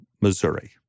Missouri